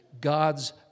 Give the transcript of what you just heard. God's